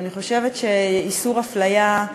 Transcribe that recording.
אני חושבת שאיסור הפליה הוא